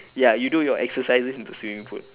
ya you do your exercises in the swimming pool